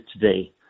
today